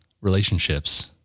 relationships